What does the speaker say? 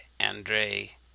Andre